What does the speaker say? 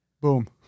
Boom